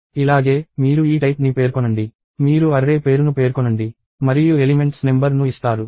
ఇలాగే మీరు ఈ టైప్ ని పేర్కొనండి మీరు అర్రే పేరును పేర్కొనండి మరియు ఎలిమెంట్స్ నెంబర్ ను ఇస్తారు